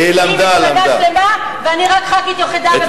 היא מפלגה שלמה, ואני רק חברת כנסת יחידה ובודדה.